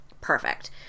Perfect